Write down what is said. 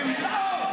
גטאות.